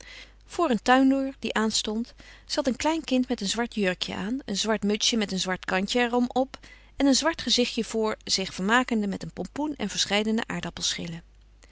voor een tuindeur die aanstond zat een klein kind met een zwart jurkjen aan een zwart mutsje met een zwart kantjen er om op en een zwart gezichtje voor zich vermakende met een pompoen en